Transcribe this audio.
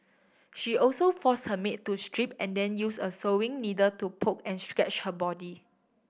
she also forced her maid to strip and then used a sewing needle to poke and scratch her body